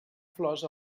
flors